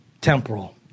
temporal